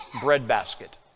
breadbasket